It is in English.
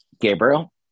Gabriel